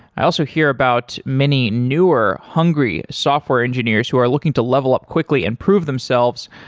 i also hear about many, newer, hungry software engineers who are looking to level up quickly and prove themselves.